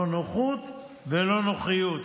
לא נוחות ולא נוחיות.